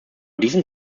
diesen